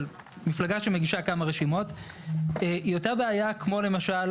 של מפלגה שמגישה כמה רשימות זה יותר בעיה כמו למשל